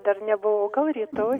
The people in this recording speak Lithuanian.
dar nebuvau gal rytoj